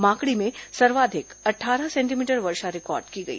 माकड़ी में सर्वाधिक अट्ठारह सेंटीमीटर वर्षा रिकॉर्ड की गई